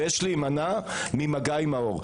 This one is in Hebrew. ויש להימנע ממגע עם העור.